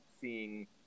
seeing